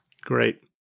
Great